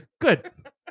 Good